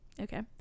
Okay